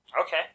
Okay